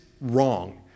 wrong